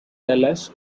dallas